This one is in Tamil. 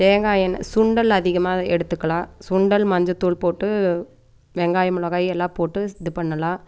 தேங்காய் எண்ணெய் சுண்டல் அதிகமாக எடுத்துக்கலான் சுண்டல் மஞ்சத்தூள் போட்டு வெங்காயம் மிளகாய் எல்லாம் போட்டு இது பண்ணலாம்